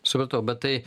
supratau bet tai